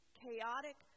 chaotic